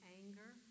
anger